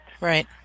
Right